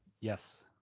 Yes